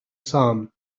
sun